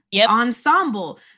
ensemble